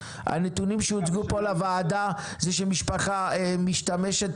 הנתונים שהוצגו פה לוועדה זה שמשפחה משתמשת